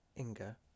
Inga